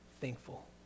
thankful